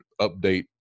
update